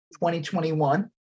2021